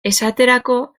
esaterako